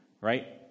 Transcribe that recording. right